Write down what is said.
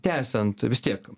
tęsiant vis tiek